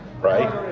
right